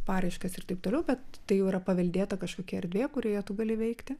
paraiškas ir taip toliau bet tai yra paveldėta kažkokia erdvė kurioje gali veikti